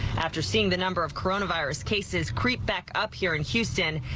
after seeing the number of coronavirus cases creep back up here in houston.